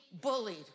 bullied